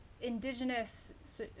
indigenous